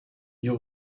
you